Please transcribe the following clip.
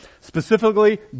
Specifically